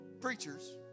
preachers